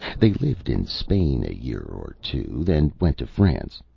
they lived in spain a year or two, then went to france.